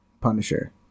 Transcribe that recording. punisher